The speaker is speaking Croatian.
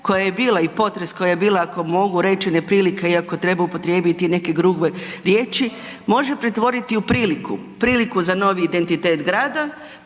koja je bila i potres koji je bio ako mogu reći neprilika, iako treba upotrijebiti neke grube riječi, može pretvoriti u priliku, priliku za novi identitet grada,